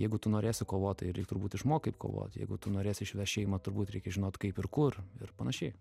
jeigu tu norėsi kovot tai reik turbūt išmokt kaip kovot jeigu tu norėsi išvešt šeimą turbūt reikia žinot kaip ir kur ir panašiai